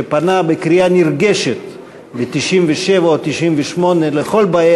שפנה בקריאה נרגשת ב-1997 או 1998 לכל באי